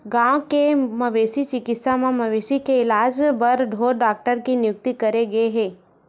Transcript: गाँव के मवेशी चिकित्सा म मवेशी के इलाज बर ढ़ोर डॉक्टर के नियुक्ति करे गे हे